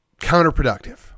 counterproductive